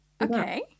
Okay